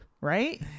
Right